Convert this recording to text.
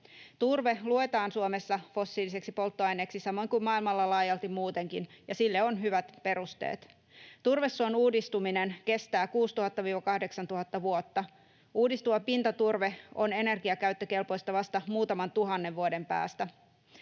Turve luetaan Suomessa fossiiliseksi polttoaineeksi, samoin kuin maailmalla laajalti muutenkin, ja sille on hyvät perusteet. Turvesuon uudistuminen kestää 6 000—8 000 vuotta. Uudistuva pintaturve on energiakäyttökelpoista vasta muutaman tuhannen vuoden päästä.